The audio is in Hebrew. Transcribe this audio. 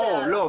לא.